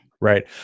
Right